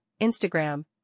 Instagram